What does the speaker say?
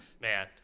man